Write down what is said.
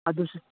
ꯑꯗꯨꯁꯨ